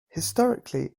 historically